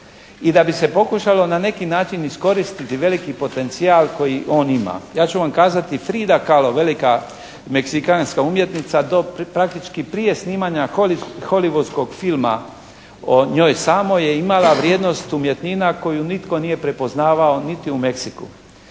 i da bi se pokušalo na neki način iskoristiti veliki potencijal koji on ima. Ja ću vam kazati, Frida Kahlo, velika meksikanska umjetnica do, praktički prije snimanja holivudskog filma o njoj samoj je imala vrijednost umjetnina koju nitko nije prepoznavao niti u Meksiku.